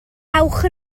ewch